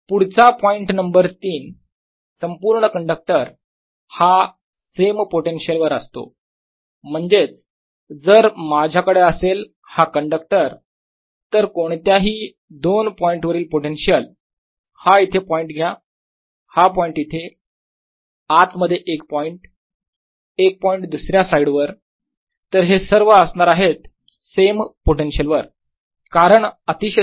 पुढचा point number 3 संपूर्ण conductor हा सेम पोटेन्शिअल वर असतो म्हणजेच जर माझ्याकडे असेल हा कंडक्टर तर कोणत्याही दोन पॉईंट वरील पोटेन्शियल हा इथे पॉईंट घ्या हा पॉईंट येथे आत मध्ये एक पॉईंट एक पॉईंट दुसऱ्या साईडवर तर हे सर्व असणार आहेत सेम पोटेन्शियल वर कारण अतिशय सोपे आहे